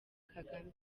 kagame